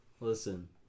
Listen